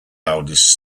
eldest